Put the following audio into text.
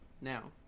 Now